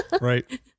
Right